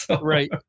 right